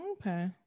Okay